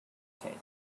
case